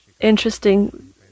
Interesting